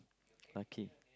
okay